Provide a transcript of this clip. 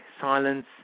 silence